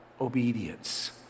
obedience